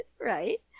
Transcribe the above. Right